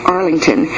Arlington